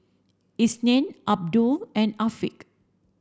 Isnin Abdul and Afiq